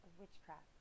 witchcraft